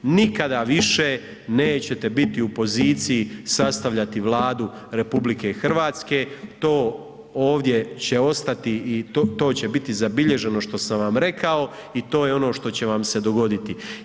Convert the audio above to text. Nikada više nećete biti u poziciji sastavljati Vladu RH, to ovdje će ostati i to će biti zabilježeno što sam vam rekao i to je ono što će vam se dogoditi.